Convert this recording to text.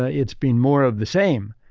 ah it's been more of the same.